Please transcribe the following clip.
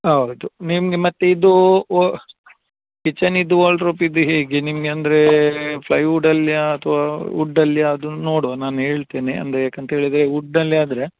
ಹೌದು ನಿಮಗೆ ಮತ್ತೆ ಇದೂ ಕಿಚನಿದ್ದು ವಾರ್ಡ್ರೋಬಿದ್ದು ಹೇಗೆ ನಿಮಗೆ ಅಂದರೆ ಫ್ಲೈವುಡ್ ಅಲ್ಲಿಯ ಅಥ್ವಾ ವುಡ್ ಅಲ್ಲಿಯ ಅದು ನೋಡುವ ನಾನು ಹೇಳ್ತೇನೆ ಅಂದರೆ ಯಾಕಂಥೇಳಿದ್ರೆ ವುಡ್ ಅಲ್ಲಿ ಆದರೆ